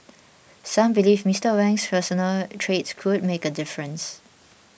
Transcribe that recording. some believe Mister Wang's personal traits could make a difference